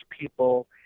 people